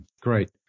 Great